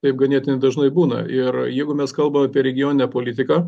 taip ganėtinai dažnai būna ir jeigu mes kalbam apie regioninę politiką